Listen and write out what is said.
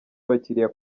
abakiriya